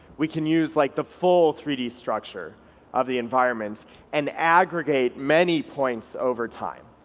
we can use like the full three d structure of the environment and aggregate many points over time.